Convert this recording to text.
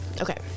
Okay